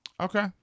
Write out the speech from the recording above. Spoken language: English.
Okay